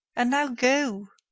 and now, go!